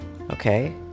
Okay